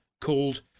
called